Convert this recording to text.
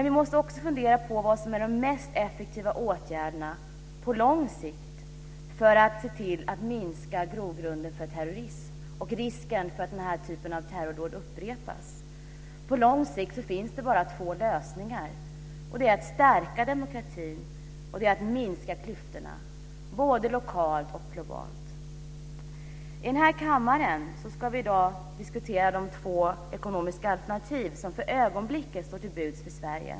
Vi måste också fundera på vad som är de mest effektiva åtgärderna på lång sikt för att se till att minska grogrunden för terrorism och risken för att den här typen av terrordåd upprepas. På lång sikt finns det bara två lösningar, och det är att stärka demokratin och att minska klyftorna både lokalt och globalt. I den här kammaren ska vi i dag diskutera de två ekonomiska alternativ som för ögonblicket står till buds för Sverige.